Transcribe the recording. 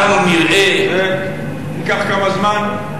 אנחנו נראה, זה ייקח כמה זמן,